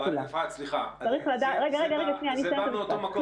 אפרת, סליחה, זה בא מאותו מקום.